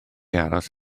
aros